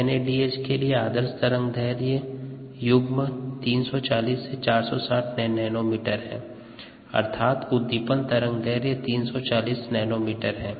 NADH के लिए आदर्श तरंगदैर्ध्य युग्म 340 460 नैनोमीटर है अर्थात उद्दीपन तरंगदैर्ध्य 340 नैनोमीटर है